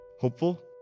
Hopeful